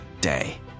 day